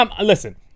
Listen